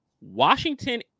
Washington